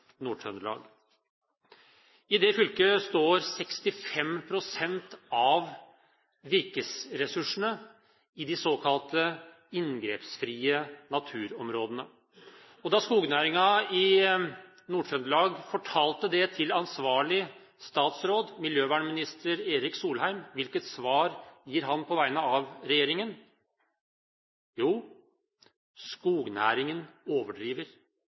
I det fylket står 65 pst. av virkesressursene i de såkalte inngrepsfrie naturområdene. Da skognæringen i Nord-Trøndelag fortalte det til ansvarlig statsråd, miljøvernminister Erik Solheim, hvilket svar gir han på vegne av regjeringen? Jo, skognæringen overdriver!